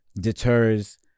deters